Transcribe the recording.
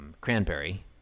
cranberry